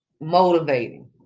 motivating